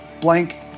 blank